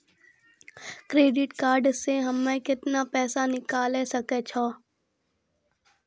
Credit card से हम्मे केतना पैसा निकाले सकै छौ?